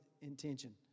intention